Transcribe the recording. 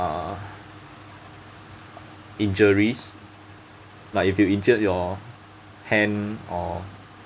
uh injuries like if you injured your hand or